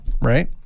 right